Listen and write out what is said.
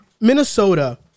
Minnesota